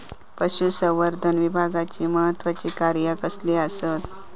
पशुसंवर्धन विभागाची महत्त्वाची कार्या कसली आसत?